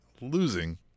losing